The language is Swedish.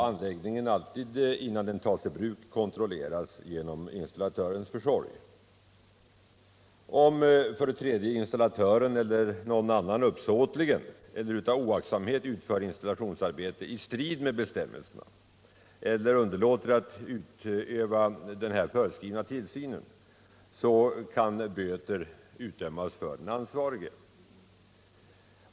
Anläggningen skall dessutom innan den tas i bruk alltid kontrolleras genom installatörens försorg. Om installatören eller någon annan uppsåtligen eller av oaktsamhet utför installationsarbete i strid med bestämmelserna eller underlåter att utöva den föreskrivna tillsynen, kan böter utdömas för den ansvarige.